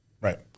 Right